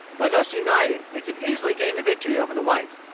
by thus uniting, they could easily gain the victory over the whites,